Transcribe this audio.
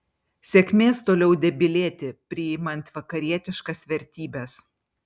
sėkmės toliau debilėti priimant vakarietiškas vertybes